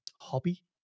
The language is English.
hobby